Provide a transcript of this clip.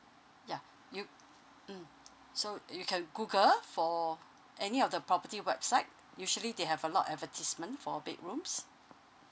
ya you mm so you can google for any of the property website usually they have a lot advertisement for bedrooms